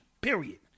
Period